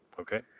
Okay